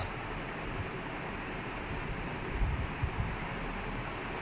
அவன் பண்ணதே:avan pannadhae was so weird like he a'ah